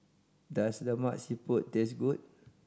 does Lemak Siput taste good